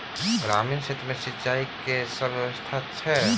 ग्रामीण क्षेत्र मे सिंचाई केँ की सब व्यवस्था छै?